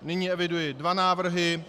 Nyní eviduji dva návrhy.